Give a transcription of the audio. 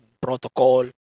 protocol